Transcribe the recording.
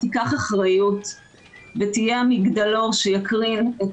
תיקח אחריות ותהיה המגדלור שיקרין את